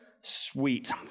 Sweet